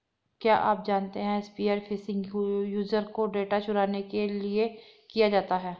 क्या आप जानते है स्पीयर फिशिंग यूजर का डेटा चुराने के लिए किया जाता है?